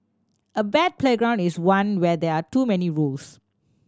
a bad playground is one where there are too many rules